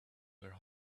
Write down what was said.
were